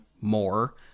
more